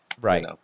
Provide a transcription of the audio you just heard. right